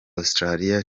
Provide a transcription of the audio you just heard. australia